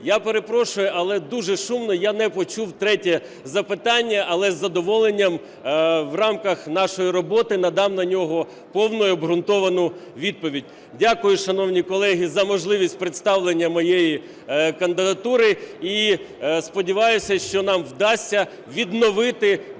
Я перепрошую, але дуже шумно. Я не почув третє запитання, але із задоволенням в рамках нашої роботи надам на нього повну і обґрунтовану відповідь. Дякую, шановні колеги, за можливість представлення моєї кандидатури, і сподіваюся, що нам вдасться відновити довіру